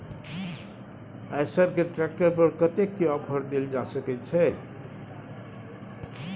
आयसर के ट्रैक्टर पर कतेक के ऑफर देल जा सकेत छै?